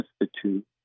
Institute